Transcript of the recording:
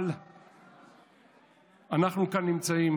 אבל אנחנו נמצאים